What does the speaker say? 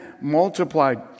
multiplied